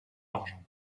argent